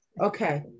Okay